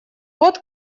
вот